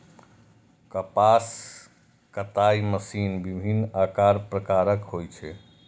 कपास कताइ मशीन विभिन्न आकार प्रकारक होइ छै